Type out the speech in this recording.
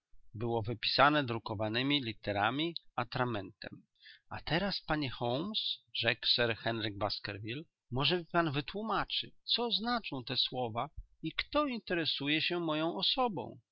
było wypisane drukowanemi literami atramentem a teraz panie holmes rzekł sir henryk baskerville może mi pan wytłómaczy co znaczą te słowa i kto interesuje się moją osobą